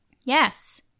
Yes